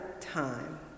time